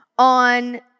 on